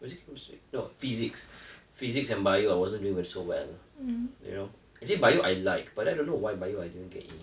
was it chemistry eh no physics physics and bio~ I wasn't doing very so well you know is it bio~ I like but I don't know why bio~ I didn't get A